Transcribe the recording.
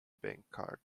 bankcard